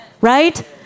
right